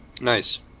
Nice